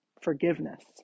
forgiveness